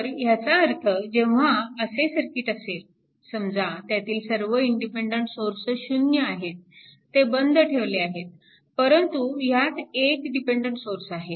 तर ह्याचा अर्थ जेव्हा असे सर्किट असेल समजा त्यातील सर्व इंडिपेन्डन्ट सोर्स 0 आहेत ते बंद ठेवले आहेत परंतु ह्यात एक डिपेन्डन्ट सोर्स आहे